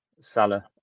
Salah